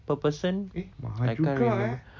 eh mahal juga eh